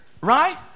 Right